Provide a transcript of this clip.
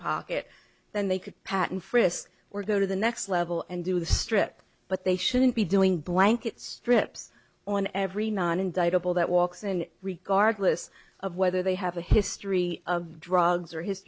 pocket then they could patent frist or go to the next level and do the strip but they shouldn't be doing blanket strips on every non indict a ball that walks and regardless of whether they have a history of drugs or his